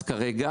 כרגע,